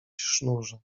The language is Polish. sznurze